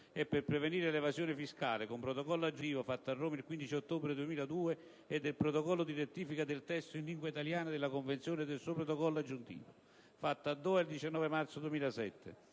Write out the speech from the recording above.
e per prevenire l'evasione fiscale, con Protocollo Aggiuntivo, fatta a Roma il 15 ottobre 2002 e del Protocollo di rettifica del testo in lingua italiana della Convenzione e del suo Protocollo Aggiuntivo, fatto a Doha il 19 marzo 2007***